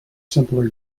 simpler